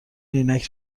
عینک